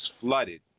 flooded